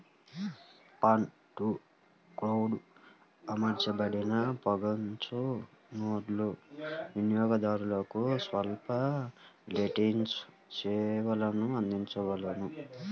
fog to cloud అమర్చబడిన పొగమంచు నోడ్లు వినియోగదారులకు స్వల్ప లేటెన్సీ సేవలను అందించగలవు